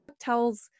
tells